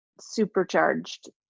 supercharged